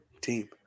team